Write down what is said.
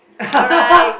alright